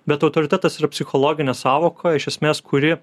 bet autoritetas yra psichologinė sąvoka iš esmės kuri